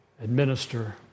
Administer